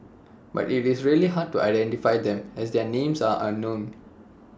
but IT is really hard to identify them as their names are unknown